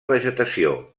vegetació